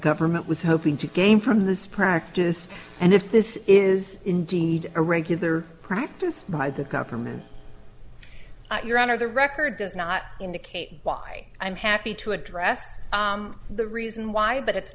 government was hoping to gain from this practice and if this is indeed a regular practice by the government your honor the record does not indicate why i'm happy to address the reason why but it's